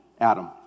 Adam